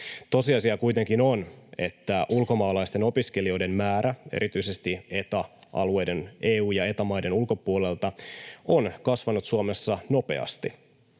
Tosiasia kuitenkin on, että ulkomaalaisten opiskelijoiden määrä erityisesti EU- ja Eta-maiden ulkopuolelta on kasvanut Suomessa nopeasti,